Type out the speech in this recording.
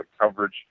coverage